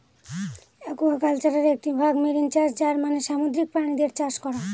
একুয়াকালচারের একটি ভাগ মেরিন চাষ যার মানে সামুদ্রিক প্রাণীদের চাষ করা